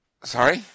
Sorry